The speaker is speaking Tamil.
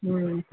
ம் ம்